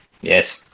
yes